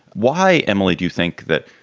why, emily, do you think that